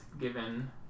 given